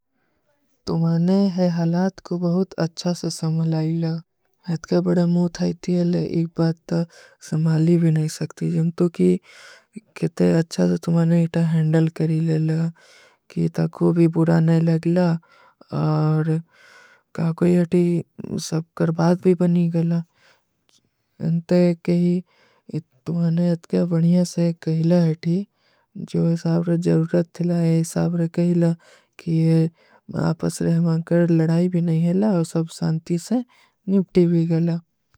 ତୁମ୍ହାନେ ହୈ ହଲାତ କୋ ବହୁତ ଅଚ୍ଛା ସେ ସମଝଲାଈଲା। ଅଥକା ବଡା ମୂଥ ହୈ ଥୀ ଅଲେ ଏକ ବାତ ତୋ ସମଝଲୀ ଭୀ ନହୀଂ ସକତୀ। ଜଂତୋ କୀ କେତେ ଅଚ୍ଛା ସେ ତୁମ୍ହାନେ ଇତା ହୈଂଡଲ କରୀ ଲେଲା। କୀ ତକ ଵୋ ଭୀ ବୁରା ନହୀଂ ଲଗଲା। ଔର କାକୋ ଯହ ଥୀ ସବ କରବାତ ଭୀ ବନୀ ଗଲା। ଜଂତୋ କୀ ତୁମ୍ହାନେ ଅଚ୍ଛା ବଢିଯା ସେ କହିଲା ହୈ ଥୀ ଜୋ ଇସାବର ଜରୂରତ ଥିଲା ଯହ ଇସାବର କହିଲା କୀ ଆପସ ରହ ମାଂକର ଲଡାଈ ଭୀ ନହୀଂ ହୈଲା ଔର ସବ ସାନ୍ତୀ ସେ ନିପ୍ଟୀ ଭୀ ଗଲା।